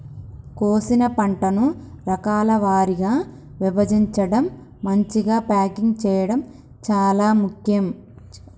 కోసిన పంటను రకాల వారీగా విభజించడం, మంచిగ ప్యాకింగ్ చేయడం చాలా ముఖ్యం